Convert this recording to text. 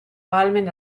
ahalmen